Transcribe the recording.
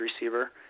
receiver